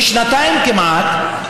בשנתיים כמעט,